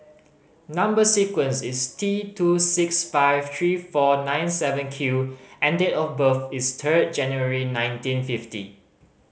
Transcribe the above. number sequence is T two six five three four nine seven Q and date of birth is ten January nineteen fifty